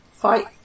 Fight